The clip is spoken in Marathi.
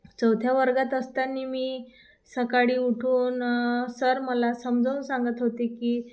चौथ्या वर्गात असताना मी सकाळी उठून सर मला समजावून सांगत होते की